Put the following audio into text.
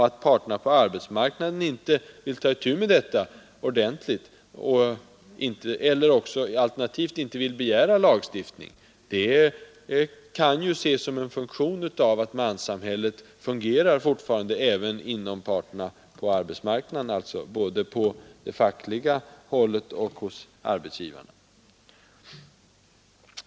Att parterna på arbetsmarknaden inte vill ta itu med detta ordentligt eller alternativt inte vill begära lagstiftning är ett utslag av att manssamhället fortfarande fungerar även inom dessa parter själva, alltså både på det fackliga hållet och hos arbetsgivarna.